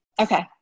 okay